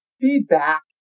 feedback